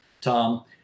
Tom